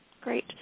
Great